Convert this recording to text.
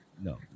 No